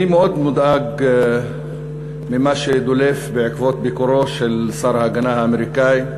אני מאוד מודאג ממה שדולף בעקבות ביקורו של שר ההגנה האמריקני,